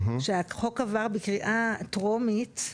כשהחוק עבר בקריאה טרומית,